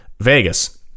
Vegas